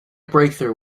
breakthrough